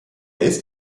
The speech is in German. ist